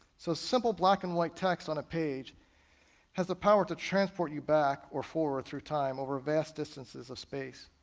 so simple black and white text on a page has the power to transport you back or forward through time over vast distances of space,